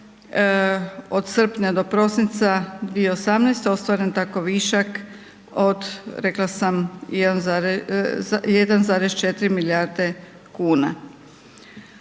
od srpnja do prosinca 2018. ostvaren tako višak rekla sam od 1,4 milijarde kuna.